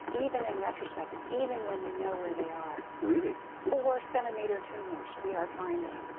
even in retrospect, even when you know where they are. really? four centimetre tumours we are finding.